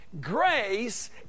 grace